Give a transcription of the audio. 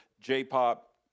J-pop